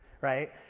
right